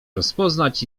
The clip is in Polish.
rozpoznać